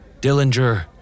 Dillinger